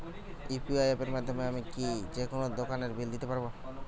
UPI অ্যাপের মাধ্যমে আমি কি যেকোনো দোকানের বিল দিতে পারবো?